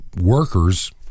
workers